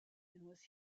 was